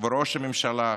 וראש הממשלה,